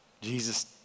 Jesus